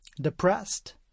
depressed